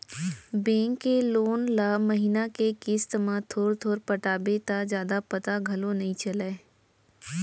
bank के loan ल महिना के किस्त म थोर थोर पटाबे त जादा पता घलौ नइ चलय